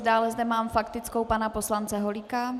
Dále zde mám faktickou pana poslance Holíka.